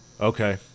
Okay